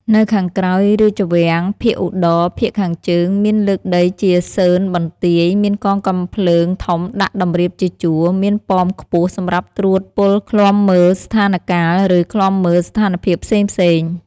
នៅខាងក្រោយរាជវាំងភាគឧត្ដរ (ភាគខាងជើង) មានលើកដីជាសឺនបន្ទាយ មានកងកាំភ្លើងធំដាក់ដំរៀបជាជួរ មានប៉មខ្ពស់សម្រាប់ត្រួតពលឃ្លាំមើលស្ថានកាល ឬ ឃ្លាំមើលស្ថានភាពផ្សេងៗ ។